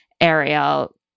Ariel